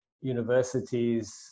universities